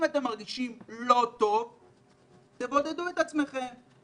אם אתם מרגישים לא טוב תבודדו את עצמכם,